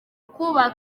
kubaka